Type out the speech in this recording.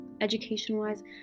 education-wise